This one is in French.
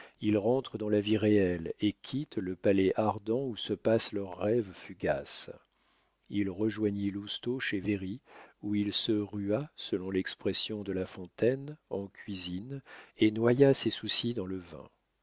ils rentrent dans la vie réelle et quittent le palais ardent où se passent leurs rêves fugaces il rejoignit lousteau chez véry où il se rua selon l'expression de la fontaine en cuisine et noya ses soucis dans le vin